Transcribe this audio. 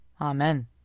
Amen